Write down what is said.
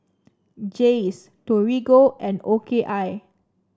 Jays Torigo and O K I